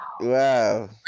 wow